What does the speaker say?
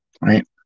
Right